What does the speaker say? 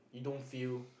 you don't feel